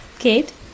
Kate